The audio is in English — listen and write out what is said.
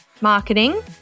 marketing